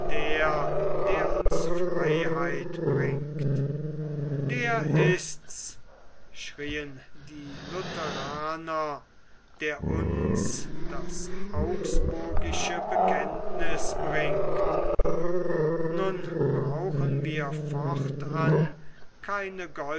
der der uns freiheit bringt der ist's schrieen die lutheraner der uns das augsburgische bekenntniß bringt nun brauchen wir fortan keine